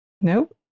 Nope